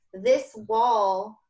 this wall,